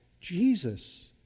Jesus